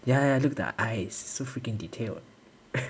ya ya look at the eyes it's so freaking detailed